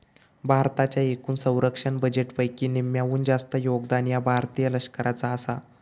भारताच्या एकूण संरक्षण बजेटपैकी निम्म्याहून जास्त योगदान ह्या भारतीय लष्कराचा आसा